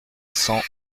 cent